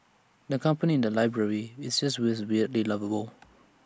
the company in the library is just as weirdly lovable